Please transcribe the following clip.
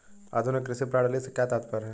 आधुनिक कृषि प्रणाली से क्या तात्पर्य है?